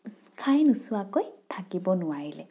খাই নোচোৱাকৈ থাকিব নোৱাৰিলে